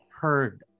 heard